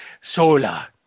Sola